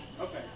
Okay